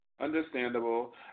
Understandable